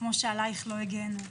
כפי שעליך לא הגנו.